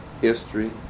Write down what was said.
history